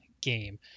game